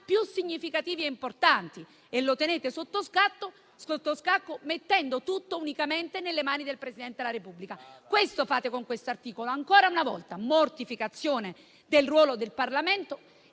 più significativi e importanti e lo fate mettendo tutto unicamente nelle mani del Presidente della Repubblica. Questo fate con questo articolo, ancora una volta: mortificazione del ruolo del Parlamento